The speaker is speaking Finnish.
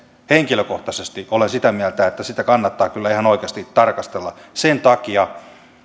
henkilökohtaisesti olen sitä mieltä että sitä kannattaa kyllä ihan oikeasti tarkastella sen takia